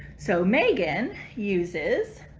so megan uses,